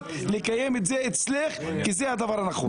לקיים את זה אצלך כי זה הדבר הנכון.